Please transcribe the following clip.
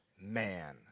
man